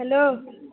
hello